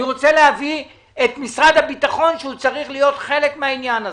אני רוצה להביא את משרד הביטחון שהוא צריך להיות חלק מהעניין הזה.